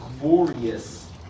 glorious